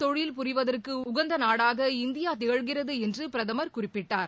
தொழில் புரிவதற்கு உகந்த நாடாக இந்தியா திகழ்கிறது என்று பிரதமர் குறிப்பிட்டார்